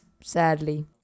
sadly